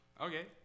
Okay